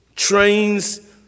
Trains